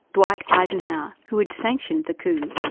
dwight eisenhower, who had sanctioned the coup,